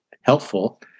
helpful